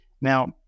Now